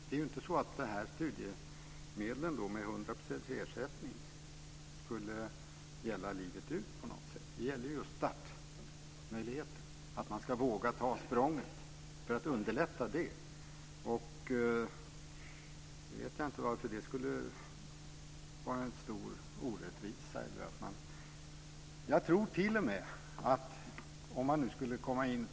Det är ju inte så att dessa studiemedel med 100 % ersättning skulle gälla livet ut. Det gäller startmöjligheten, att underlätta för folk att våga ta språnget. Jag vet inte varför det skulle vara en stor orättvisa.